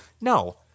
No